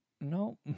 No